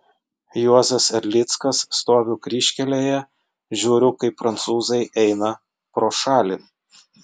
juozas erlickas stoviu kryžkelėje žiūriu kaip prancūzai eina pro šalį